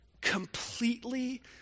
completely